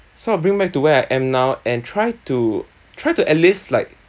sort of bring back to where I am now and try to try to at least like